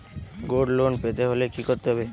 Gold loan পেতে হলে কি করতে হবে?